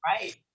right